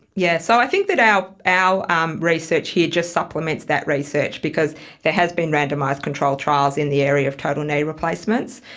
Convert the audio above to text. yes. so i think that our um research here just supplements that research because there has been randomised controlled trials in the area of total knee replacements,